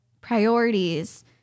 priorities